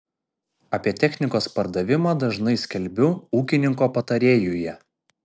apie technikos pardavimą dažnai skelbiu ūkininko patarėjuje